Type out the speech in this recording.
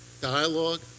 dialogue